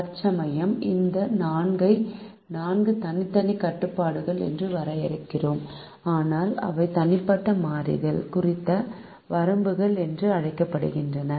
தற்சமயம் இந்த 4 ஐ 4 தனித்தனி கட்டுப்பாடுகள் என்று வரையறுப்போம் ஆனால் அவை தனிப்பட்ட மாறிகள் குறித்த வரம்புகள் என்றும் அழைக்கப்படுகின்றன